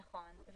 נכון.